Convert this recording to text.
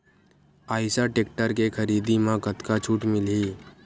Eicher tractor के खरीदी म कतका छूट मिलही?